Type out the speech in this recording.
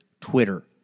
Twitter